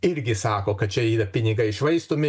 irgi sako kad čia yra pinigai švaistomi